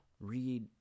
read